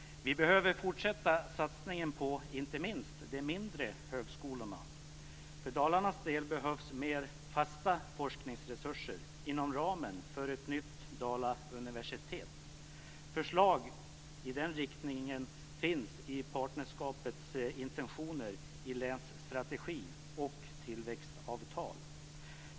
Vi behöver fortsätta satsningen på inte minst de mindre högskolorna. För Dalarnas del behövs mer fasta forskningsresurser inom ramen för ett nytt Dalauniversitet. Förslag i den riktningen finns i partnerskapets intentioner i länsstrategi och tillväxtavtal.